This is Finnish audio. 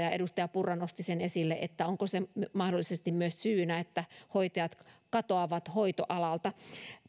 edustaja purra nosti esille sen onko se mahdollisesti myös syynä siihen että hoitajat katoavat hoitoalalta